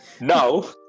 Now